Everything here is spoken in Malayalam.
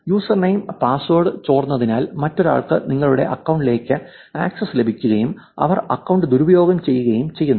യൂസർ നെയിം പാസ്വേഡ് ചോർന്നതിനാൽ മറ്റൊരാൾക്ക് നിങ്ങളുടെ അക്കൌണ്ടിലേക്ക് ആക്സസ് ലഭിക്കുകയും അവർ അക്കൌണ്ട് ദുരുപയോഗം ചെയ്യുകയും ചെയ്യുന്നു